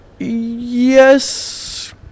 Yes